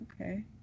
Okay